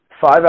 five